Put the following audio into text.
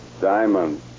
diamond